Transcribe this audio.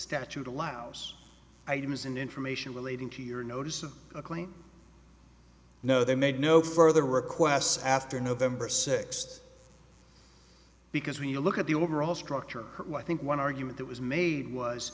statute allows items and information relating to your notice of a claim no they made no further requests after november sixth because when you look at the overall structure i think one argument that was made was